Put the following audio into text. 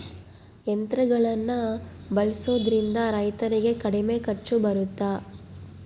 ಯಂತ್ರಗಳನ್ನ ಬಳಸೊದ್ರಿಂದ ರೈತರಿಗೆ ಕಡಿಮೆ ಖರ್ಚು ಬರುತ್ತಾ?